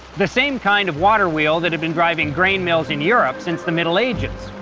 the same kind of water wheel that had been driving grain mills in europe since the middle ages.